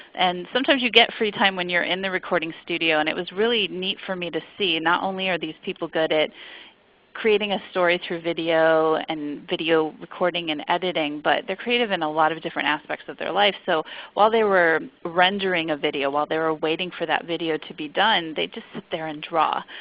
and sometimes you get free time when you're in the recording studio. it was really neat for me to see not only are these people good at creating a story through video, and video recording, and editing, but they're creative in a lot of different aspects of their life. so while they were rendering a video, while they were waiting for that video to be done they would just sit there and draw.